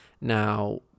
Now